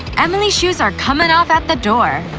emily's shoes are coming off at the door.